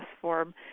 form